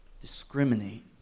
discriminate